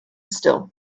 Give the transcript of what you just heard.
still